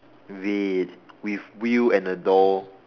red with wheel and a door